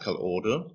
order